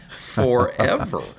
forever